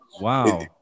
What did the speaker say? wow